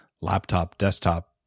laptop-desktop